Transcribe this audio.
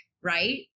Right